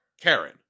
Karen